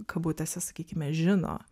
kabutėse sakykime žino